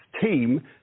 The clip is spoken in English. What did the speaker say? team